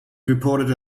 reported